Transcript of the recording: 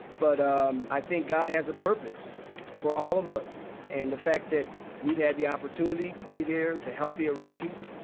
but um i think god has a purpose for all of us. and the fact that we've had the opportunity to be there, to help the iraqis,